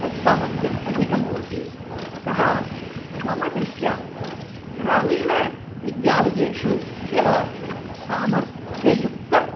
तत् सामर्थ्यम् अधिकं भवति अतः मम दृष्ठ्या ग्रामीणविद्यालयेषु एव सामर्थ्ययुक्त